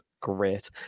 great